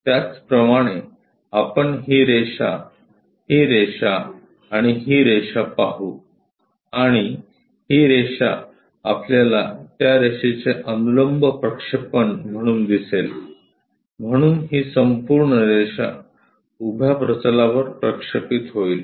त्याचप्रमाणे आपण ही रेषा ही रेषा आणि ही रेषा पाहू आणि ही रेषा आपल्याला त्या रेषेचे अनुलंब प्रक्षेपण म्हणून दिसेल म्हणून ही संपूर्ण रेषा उभ्या प्रतलावर प्रक्षेपित होईल